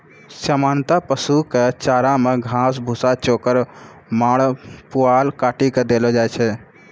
सामान्यतया पशु कॅ चारा मॅ घास, भूसा, चोकर, माड़, पुआल काटी कॅ देलो जाय छै